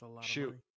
shoot